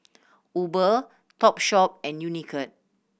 Uber Topshop and Unicurd